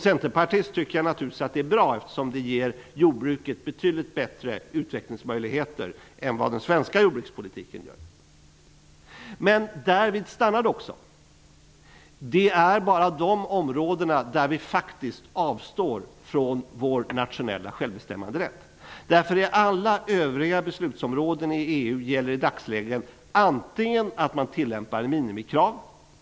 Såsom centerpartist tycker jag naturligtvis att det är bra, eftersom det ger jordbruket betydligt bättre utvecklingsmöjligheter än den svenska jordbrukspolitiken gör. Men därvid stannar det. Det är bara på dessa områden som vi avstår från vår nationella självbestämmanderätt. På alla övriga beslutsområden i EU gäller i dagsläget att man antingen tillämpar regeln om minimikrav eller om enhällighet.